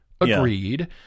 Agreed